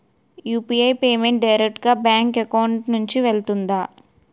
UPI payment direct గా bank account నుంచి వెళ్తుందా?